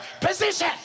position